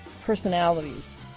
Personalities